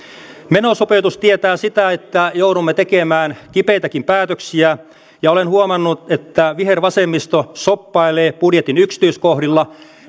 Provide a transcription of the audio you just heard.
menosopeutus tietää sitä että joudumme tekemään kipeitäkin päätöksiä ja olen huomannut että vihervasemmisto shoppailee budjetin yksityiskohdilla